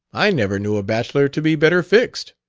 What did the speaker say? i never knew a bachelor to be better fixed.